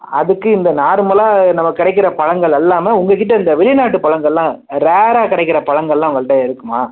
அதுக்கு இந்த நார்மலாக நமக்கு கிடைக்குற பழங்கள் இல்லாமா உங்கள்கிட்ட இந்த வெளிநாட்டு பழங்கள்லாம் ரேராக கிடைக்கிற பழங்கள்லாம் உங்கள்கிட்ட இருக்குமா